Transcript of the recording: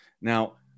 Now